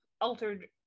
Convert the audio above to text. altered